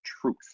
truth